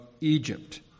Egypt